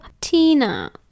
Tina